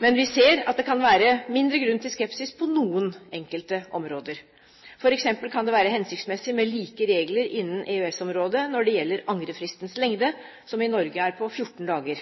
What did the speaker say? men vi ser at det kan være mindre grunn til skepsis på noen områder. For eksempel kan det være hensiktsmessig med like regler innen EØS-området når det gjelder angrefristens lengde, som i Norge er på 14 dager.